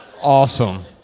Awesome